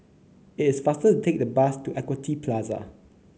it is faster to take the bus to Equity Plaza